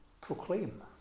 proclaim